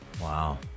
Wow